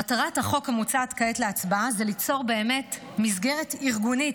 מטרת החוק המובא כעת להצבעה היא באמת ליצור מסגרת ארגונית